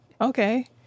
Okay